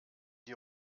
die